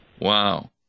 wow